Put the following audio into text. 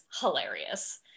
hilarious